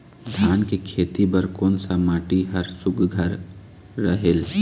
धान के खेती बर कोन सा माटी हर सुघ्घर रहेल?